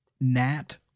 Nat